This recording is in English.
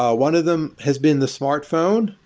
ah one of them has been the smartphone,